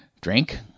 drink